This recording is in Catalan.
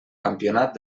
campionat